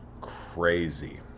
Crazy